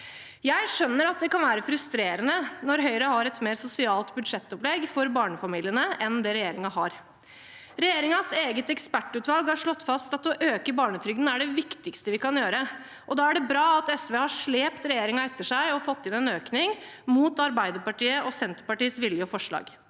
Jeg skjønner at det kan være frustrerende når Høyre har et mer sosialt budsjettopplegg for barnefamiliene enn det regjeringen har. Regjeringens eget ekspertutvalg har slått fast at å øke barnetrygden er det viktigste vi kan gjøre. Da er det bra at SV har slept regjeringen etter seg og fått inn en økning, mot Arbeiderpartiet og Senterpartiets vilje og forslag.